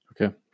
Okay